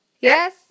Yes